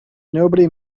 nobody